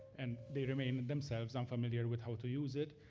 and they remain, themselves, unfamiliar with how to use it.